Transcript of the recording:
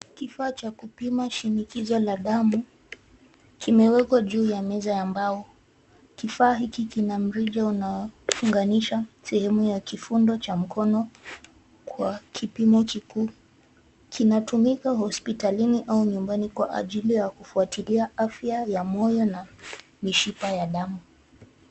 Kifaa cha kupima shinikizo la damu kimewekwa juu ya meza ya mbao. Kifaa hiki kina mrija unaofunganisha sehemu ya kifundo cha mkono kwa kipimo kikuu. Kinatumika hospitalini au nyumbani kwa ajili ya kufuatilia afya ya moyo na mishipa ya damu.